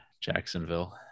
Jacksonville